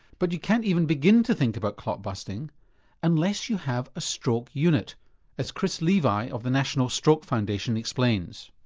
but you can't even begin to think about clot busting unless you have a stroke unit as chris levi of the national stroke foundation explains.